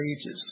ages